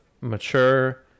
mature